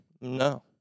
No